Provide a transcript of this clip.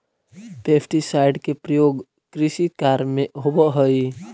pesticide के प्रयोग कृषि कार्य में होवऽ हई